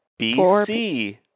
BC